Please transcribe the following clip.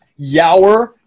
Yower